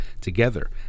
together